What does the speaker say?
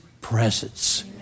presence